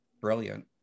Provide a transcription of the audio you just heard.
brilliant